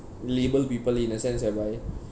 label people in a sense whereby